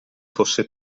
fosse